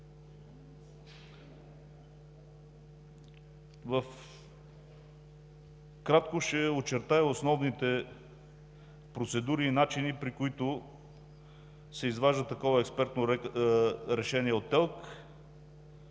Накратко ще очертая основните процедури и начини, при които се изважда такова експертно решение от ТЕЛК.